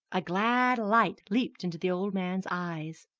a glad light leaped into the old man's eyes.